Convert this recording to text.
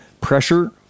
pressure